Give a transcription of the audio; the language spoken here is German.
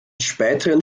späteren